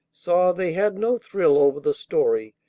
saw they had no thrill over the story,